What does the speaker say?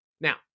Now